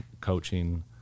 coaching